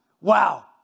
wow